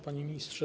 Panie Ministrze!